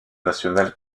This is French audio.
nationale